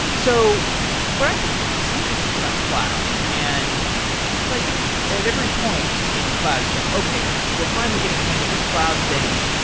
so what i think but is so interesting about cloud, and it's like at every point in cloud, it's like, okay. we're finally getting a hang of this cloud thing.